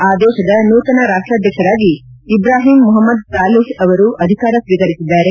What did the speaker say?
ಆ ದೇಶದ ನೂತನ ರಾಷ್ಟಾಧಕ್ಷರಾಗಿ ಇಬ್ರಾಹಿಂ ಮೊಹಮ್ನದ್ ಸಾಲಿಹ್ ಅವರು ಅಧಿಕಾರ ಸ್ನೀಕರಿಸಿದ್ದಾರೆ